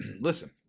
listen